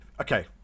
Okay